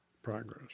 Progress